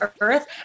earth